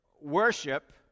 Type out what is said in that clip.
worship